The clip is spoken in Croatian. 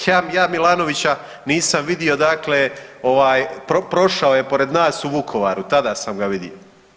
Ja Milanovića nisam vidio dakle ovaj prošao je pored nas u Vukovaru, tada sam ga vidio.